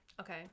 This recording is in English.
okay